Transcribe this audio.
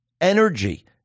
energy